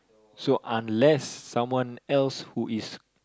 so unless someone else who is